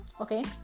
okay